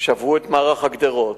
שברו את מערך הגדרות,